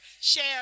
share